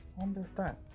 Understand